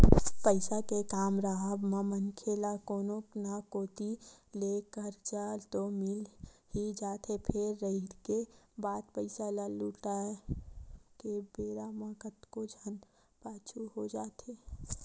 पइसा के काम राहब म मनखे ल कोनो न कोती ले करजा तो मिल ही जाथे फेर रहिगे बात पइसा ल लहुटाय के बेरा म कतको झन पाछू हो जाथे